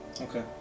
Okay